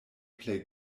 plej